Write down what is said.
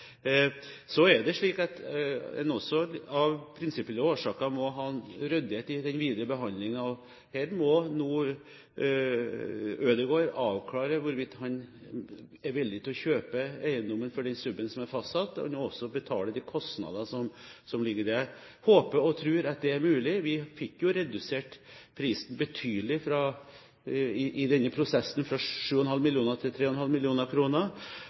Så er det slik at man også av prinsipielle årsaker må ha ryddighet i den videre behandlingen. Her må nå Ødegård avklare hvorvidt han er villig til å kjøpe eiendommen for den prisen som er fastsatt, og han må også betale de kostnadene som ligger her. Jeg håper og tror at det er mulig. Vi fikk redusert prisen betydelig i denne prosessen, fra 7,5 mill. til 3,5